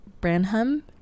Branham